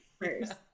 first